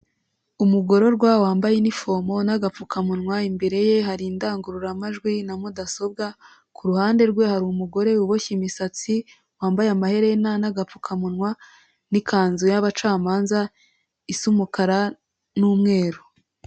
Umugororwa wambaye inifomo n'agapfukamunwa, imbere ye hari indangururamajwi na mudasobwa, ku ruhande rwe hari umugore uboshye imisatsi wambaye amaherena n'agapfukamunwa n'ikanzu y'abacamanza isa umukara n'umweru.